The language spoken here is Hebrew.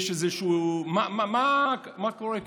יש איזשהו, מה קורה כאן?